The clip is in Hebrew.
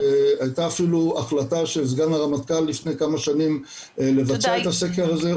הייתה אפילו החלטה של סגן הרמטכ"ל לפני כמה שנים לבצע את הסקר הזה,